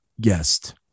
Guest